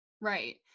Right